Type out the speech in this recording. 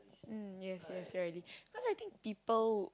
mm yes yes you're ready cause I think people